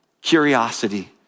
curiosity